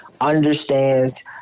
understands